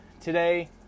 today